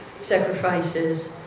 sacrifices